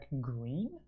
Green